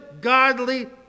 godly